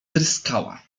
tryskała